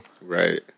Right